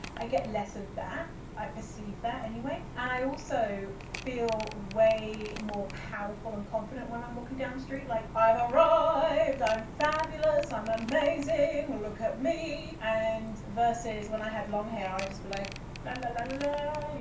i get less of that, i perceive that anyway. and i also feel way more powerful and confident when i'm walking down the street. like i've arrived, i'm fabulous, i'm amazing, look at me. and versus when i had long hair, i'd just be like la la la la,